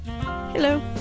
Hello